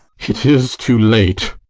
it is too late.